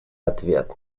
ответ